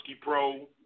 Pro